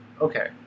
okay